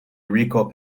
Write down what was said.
rico